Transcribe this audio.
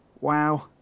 wow